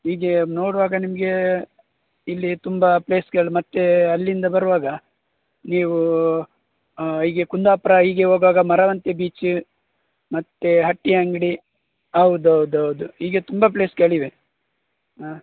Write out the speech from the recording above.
ಹೀಗೆ ನೋಡುವಾಗ ನಿಮಗೆ ಇಲ್ಲಿ ತುಂಬ ಪ್ಲೇಸ್ಗಳು ಮತ್ತು ಅಲ್ಲಿಂದ ಬರುವಾಗ ನೀವು ಹೀಗೆ ಕುಂದಾಪುರ ಹೀಗೆ ಹೋದಾಗ ಮರವಂತೆ ಬೀಚ ಮತ್ತು ಹಟ್ಟಿಯಂಗಡಿ ಹೌದೌದೌದು ಹೀಗೆ ತುಂಬ ಪ್ಲೇಸ್ಗಳಿವೆ ಹಾಂ